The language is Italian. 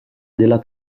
della